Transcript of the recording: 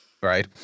right